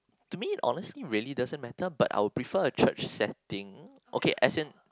to me honestly really doesn't matter but I would prefer a church setting